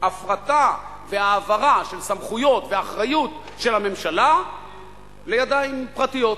הפרטה והעברה של סמכויות ואחריות של הממשלה לידיים פרטיות.